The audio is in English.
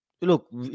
look